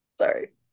sorry